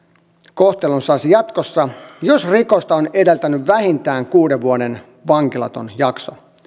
kohtelun saisi jatkossa jos rikosta on edeltänyt vähintään kuuden vuoden vankilaton jakso